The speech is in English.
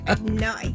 No